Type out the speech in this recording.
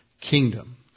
kingdom